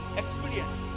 experience